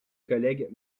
collègues